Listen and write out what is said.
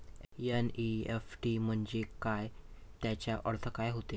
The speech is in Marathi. एन.ई.एफ.टी म्हंजे काय, त्याचा अर्थ काय होते?